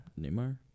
Neymar